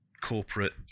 corporate